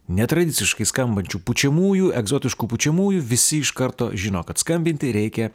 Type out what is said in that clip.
netradiciškai skambančių pučiamųjų egzotiškų pučiamųjų visi iš karto žino kad skambinti reikia